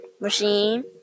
machine